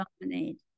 dominate